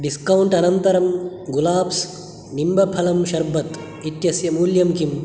discount अनन्तरं गुलाब्स् निम्बफलं शर्बत् इत्यस्य मूल्यं किम्